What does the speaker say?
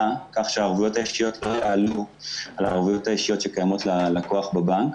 כך שהערבויות האישיות לא יעלו על הערבויות האישיות שקיימות ללקוח בבנק.